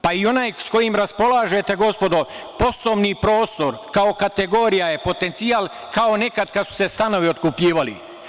Pa i onaj kojim raspolažete, gospodo, poslovni prostor kao kategorija je potencijal kao nekad kada su se stanovi otkupljivali.